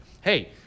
Hey